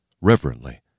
reverently